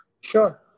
sure